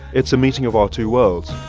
it's a meeting of our two worlds.